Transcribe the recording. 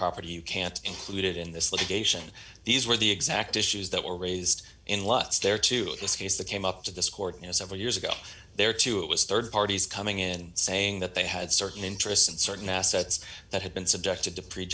property you can't included in this litigation these were the exact issues that were raised in lots there too in this case that came up to this court you know several years ago there too it was rd parties coming in saying that they had certain interests and certain assets that had been subjected to pre